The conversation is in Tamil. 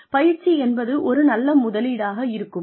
பயிற்சி என்பது ஒரு நல்ல முதலீடாக இருக்குமா